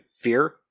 fear